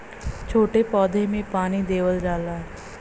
छोट पौधा में पानी देवल जाला